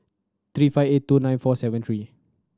three five eight two nine four seven three